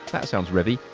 that sounds revy,